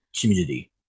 community